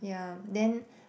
yeah then